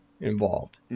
involved